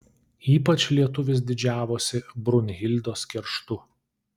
ypač lietuvis didžiavosi brunhildos kerštu